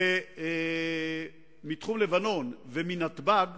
ומתחום לבנון ובנתב"ג